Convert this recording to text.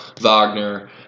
wagner